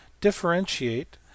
Differentiate